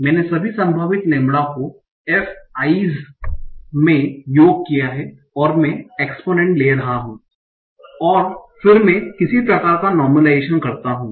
मैंने सभी संभावित लैम्ब्डा को f i's में योग किया है और मैं एक्स्पोनेंट ले रहा हूं और फिर मैं किसी प्रकार का नोर्मलाइजेशन करता हूं